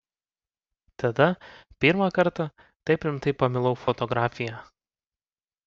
tada pirmą kartą taip rimtai pamilau fotografiją